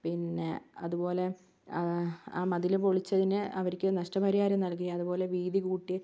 പിന്നെ അത് പോലെ ആ മതില് പൊളിച്ചതിന് അവർക്ക് നഷ്ടപരിഹാരം നൽകുകയും അതുപോലെ വീതികൂട്ടി